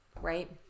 Right